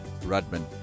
Rudman